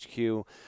HQ